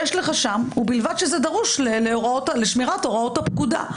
ובלבד שזה דרוש לשמירת הוראות הפקודה.